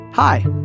Hi